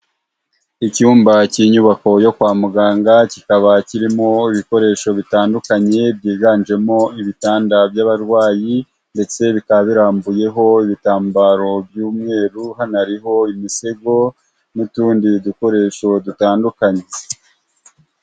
Icyumba cy'inyubako yo kwa muganga, kikaba kirimo ibikoresho bitandukanye byiganjemo ibitanda by'abarwayi, ndetse bikaba birambuyeho ibitambaro by'umweru, hanariho imisego, n'utundi dukoresho dutandukanye.